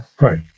Right